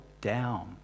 down